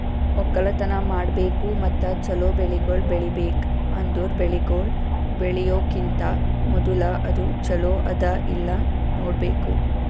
ಒಕ್ಕಲತನ ಮಾಡ್ಬೇಕು ಮತ್ತ ಚಲೋ ಬೆಳಿಗೊಳ್ ಬೆಳಿಬೇಕ್ ಅಂದುರ್ ಬೆಳಿಗೊಳ್ ಬೆಳಿಯೋಕಿಂತಾ ಮೂದುಲ ಅದು ಚಲೋ ಅದಾ ಇಲ್ಲಾ ನೋಡ್ಬೇಕು